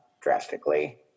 drastically